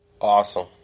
Awesome